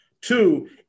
Two